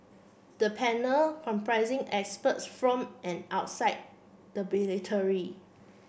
the panel comprising experts from and outside the military